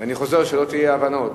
אני חוזר כדי שלא תהיינה אי-הבנות.